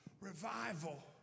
Revival